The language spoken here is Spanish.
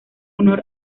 honor